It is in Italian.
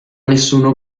nessuno